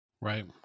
Right